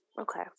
okay